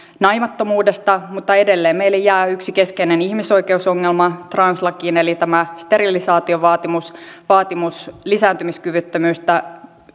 naimattomuudesta mutta edelleen meille jää yksi keskeinen ihmisoikeusongelma translakiin eli sterilisaatiovaatimus vaatimus lisääntymiskyvyttömyydestä